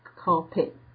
Carpet